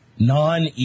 Non